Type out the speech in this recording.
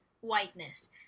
whiteness